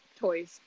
toys